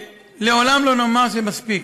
ולעולם לא נאמר שזה מספיק,